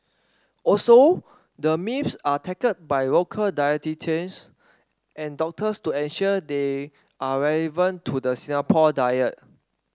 also the myths are tackled by local dietitians and doctors to ensure they are relevant to the Singapore diet